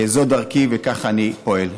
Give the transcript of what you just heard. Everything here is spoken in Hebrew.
זו דרכי, וכך אני פועל.